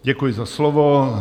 Děkuji za slovo.